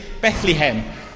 Bethlehem